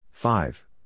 Five